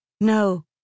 No